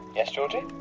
yes, georgie?